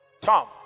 Tom